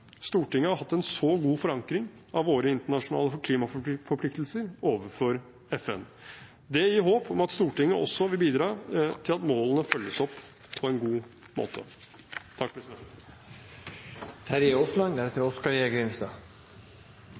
Stortinget har hatt en så god forankring av våre internasjonale klimaforpliktelser overfor FN. Det gir håp om at Stortinget også vil bidra til at målene følges opp på en god måte.